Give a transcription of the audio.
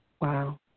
Wow